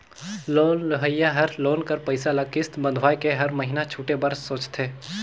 loan लेहोइया हर loan कर पइसा ल किस्त बंधवाए के हर महिना छुटे बर सोंचथे